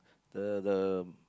the the